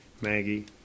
maggie